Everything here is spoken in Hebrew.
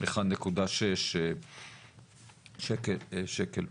1.6 שקל.